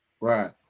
Right